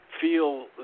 feel